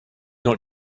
not